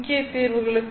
முக்கிய தீர்வுகளுக்கு